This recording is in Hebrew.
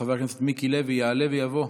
חבר הכנסת מיקי לוי יעלה ויבוא,